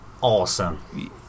awesome